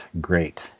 great